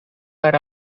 per